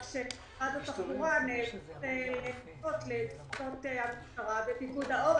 רק שמשרד התחבורה נעתר לדרישות של המשטרה ופיקוד העורף,